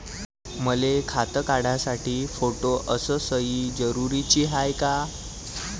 मले खातं काढासाठी फोटो अस सयी जरुरीची हाय का?